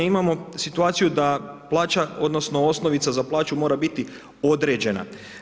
Imamo situaciju da plaća odnosno osnovica za plaću mora biti određena.